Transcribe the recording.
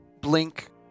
blink